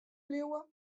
bliuwe